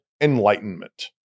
Enlightenment